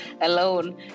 alone